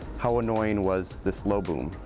how annoying was this low boom,